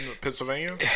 Pennsylvania